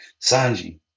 Sanji